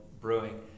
brewing